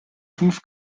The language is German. fünf